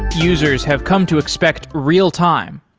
users have come to expect real-time.